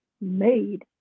made